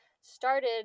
started